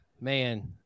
Man